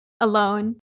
alone